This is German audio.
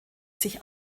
sich